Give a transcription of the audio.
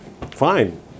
fine